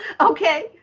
Okay